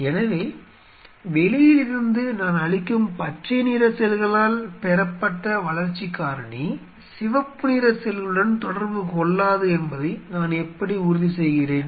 எனவே வெளியில் இருந்து நான் அளிக்கும் பச்சை நிற செல்களால் பெறப்பட்ட வளர்ச்சிக் காரணி சிவப்பு நிற செல்களுடன் தொடர்பு கொள்ளாது என்பதை நான் எப்படி உறுதிசெய்கிறேன்